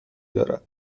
دارد